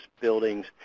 buildings